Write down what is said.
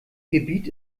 gebiet